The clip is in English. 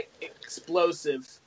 explosive